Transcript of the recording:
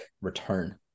return